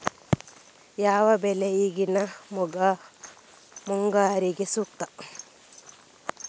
ಯಾವ ಬೆಳೆ ಈಗಿನ ಮುಂಗಾರಿಗೆ ಸೂಕ್ತ?